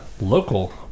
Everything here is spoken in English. local